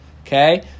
okay